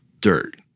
dirt